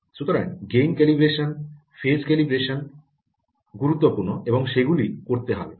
সুতরাং gain calibration phase calibration গুরুত্বপূর্ণ এবং সেগুলি করতে হবে